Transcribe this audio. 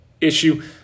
issue